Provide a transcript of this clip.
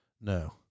no